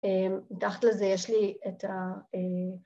‫תחת לזה יש לי את ה...